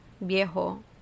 viejo